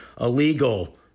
illegal